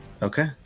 Okay